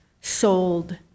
sold